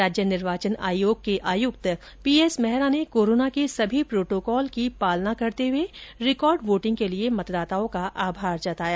राज्य निर्वाचन आयोग के आयुक्त पीएस मेहरा ने कोरोना के सभी प्रोटोकॉल की पालना करते हुए रिकॉर्ड वोटिंग के लिए मतदाताओं का आभार जताया